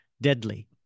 deadly